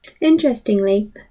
Interestingly